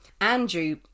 Andrew